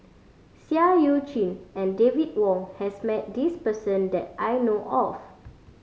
Seah Eu Chin and David Wong has met this person that I know of